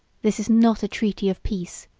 this is not a treaty of peace,